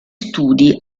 studi